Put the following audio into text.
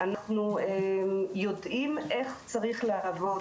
אנחנו יודעים איך צריך לעבוד